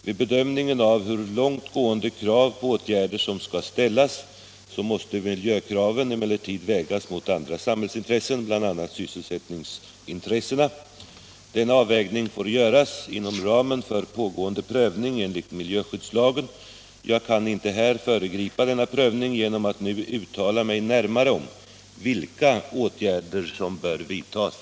Vid bedömningen av hur långt gående krav på åtgärder som skall ställas måste miljökraven emellertid vägas mot andra samhällsintressen, bl.a. sysselsättningsintressena. Denna avvägning får göras inom ramen för pågående prövning enligt miljöskyddslagen. Jag kan inte här föregripa denna prövning genom att nu uttala mig närmare om vilka åtgärder som bör vidtas.